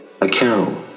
account